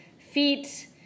Feet